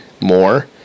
more